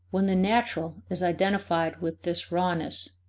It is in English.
when the natural is identified with this rawness,